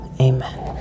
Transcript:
Amen